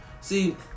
see